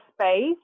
space